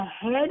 ahead